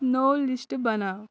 نوٚو لِسٹ بَناو